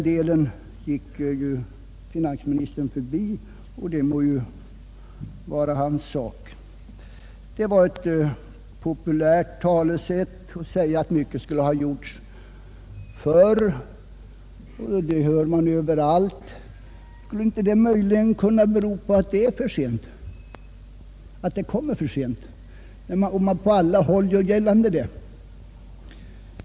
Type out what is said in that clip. Detta tillägg gick emellertid finansministern förbi, och det må vara hans ensak. Finansministerns påpekande att man borde ha vidtagit åtgärder tidigare är mycket populärt. Man möter det överallt. Om det på alla håll gällande att så är fallet, kan man undra om det möjligen inte beror på att det som gjorts kommit för sent.